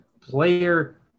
player